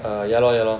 ah ya lor ya lor